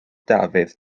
dafydd